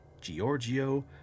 Giorgio